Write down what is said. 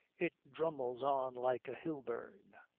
it drummles on like a hill burn